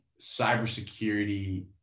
cybersecurity